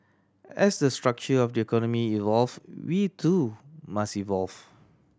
as the structure of the economy evolve we too must evolve